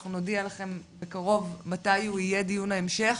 אנחנו נודיע לכם בקרוב מתי יהיה דיון ההמשך.